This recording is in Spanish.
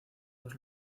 dos